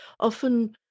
often